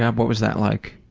what was that like?